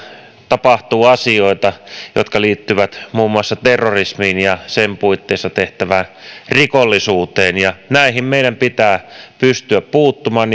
tapahtuu asioita jotka liittyvät muun muassa terrorismiin ja sen puitteissa tehtävään rikollisuuteen näihin meidän pitää pystyä puuttumaan